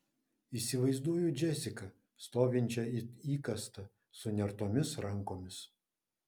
įsivaizduoju džesiką stovinčią it įkastą sunertomis rankomis